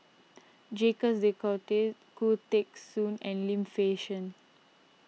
Jacques De Coutre Khoo Teng Soon and Lim Fei Shen